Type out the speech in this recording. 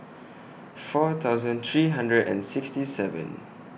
four thousand three hundred and sixty seven